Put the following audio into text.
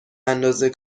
اندازه